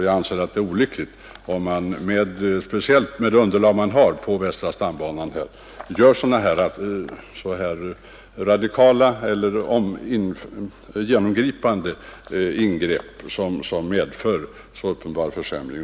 Jag anser det vara olyckligt, speciellt med det underlag som finns på västra stambanan, att göra ingrepp som medför uppenbara försämringar.